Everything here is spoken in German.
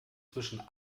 zwischen